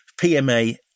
PMA